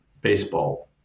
baseball